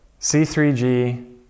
C3G